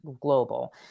Global